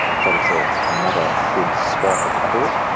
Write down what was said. so that's ah another good swipe at the court.